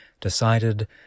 decided